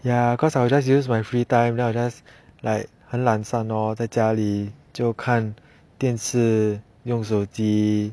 ya cause I'll just use my free time then I'll just like 很懒散 lor 在家里就看电视用手机